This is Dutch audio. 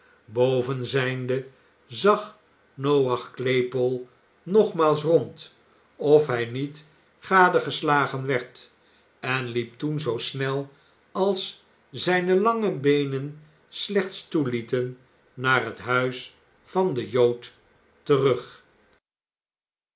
boven zijnde zag noach claypole nogmaals rond of hij niet gadegeslagen werd en liep toen zoo snel als zijne lange beenen slechts toelieten naar het huis van den jood terug